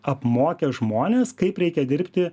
apmokę žmones kaip reikia dirbti